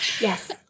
Yes